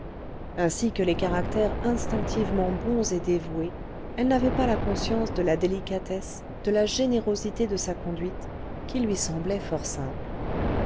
ainsi que les caractères instinctivement bons et dévoués elle n'avait pas la conscience de la délicatesse de la générosité de sa conduite qui lui semblait fort simple